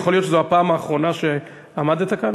יכול להיות שזו הפעם האחרונה שעמדת כאן?